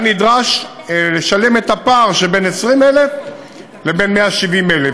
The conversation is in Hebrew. היה נדרש לשלם עבור הפער שבין 20,000 לבין 170,000,